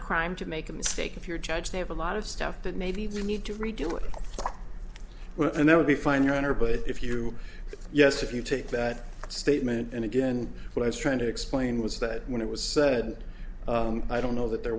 a crime to make a mistake if you're judged to have a lot of stuff that maybe we need to redo it and that would be fine your honor but if you yes if you take that statement and again what i was trying to explain was that when it was said i don't know that there